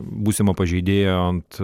būsimo pažeidėjo ant